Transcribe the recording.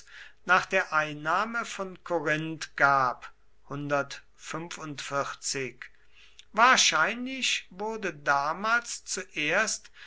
nach der einnahme von korinth gab wahrscheinlich wurde damals zuerst